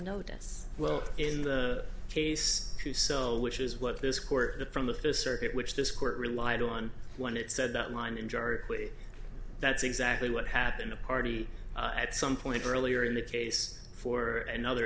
notice well in the case who so which is what this court the from the first circuit which this court relied on one it said that line in jar that's exactly what happened a party at some point earlier in the case for another